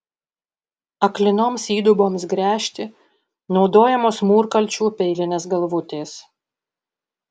aklinoms įduboms gręžti naudojamos mūrkalčių peilinės galvutės